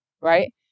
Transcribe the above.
right